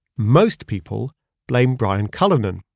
most people blame brian cullinan,